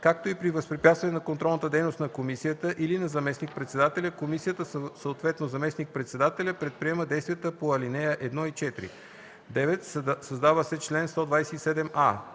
както и при възпрепятстване на контролната дейност на комисията или на заместник-председателя, комисията, съответно заместник-председателят, предприема действията по ал. 1 и 4.” 9. Създава се чл. 127а: